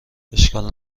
اشکال